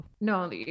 No